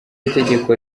itegeko